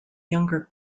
younger